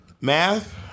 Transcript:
Math